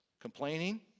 Complaining